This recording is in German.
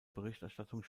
berichterstattung